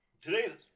Today's